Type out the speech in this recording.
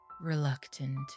reluctant